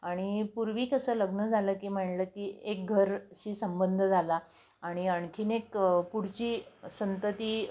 आणि पूर्वी कसं लग्न झालं की म्हणलं की एक घराशी संबंध झाला आणि आणखीन एक पुढची संतती